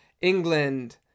england